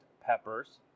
peppers